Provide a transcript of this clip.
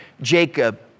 Jacob